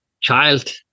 child